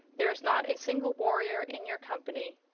there is not a single warrior in your company.